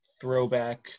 throwback